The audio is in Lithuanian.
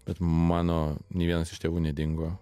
bet mano nė vienas iš tėvų nedingo